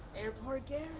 airport gary.